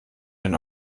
den